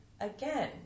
again